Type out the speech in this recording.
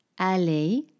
aller